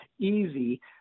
easy